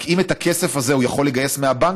רק שאם את הכסף הזה הוא יכול לגייס מהבנקים,